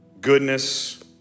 goodness